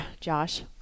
Josh